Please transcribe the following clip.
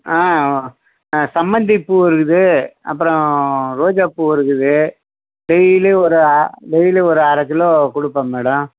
ஆ ஆ சம்மந்தி பூ இருக்குது அப்புறோம் ரோஜா பூ இருக்குது டெய்லி ஒரு அ டெய்லி ஒரு அரை கிலோ கொடுப்பேன் மேடம்